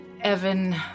Evan